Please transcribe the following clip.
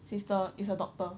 sister is a doctor